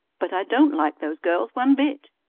but i don't like those girls one bit!